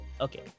okay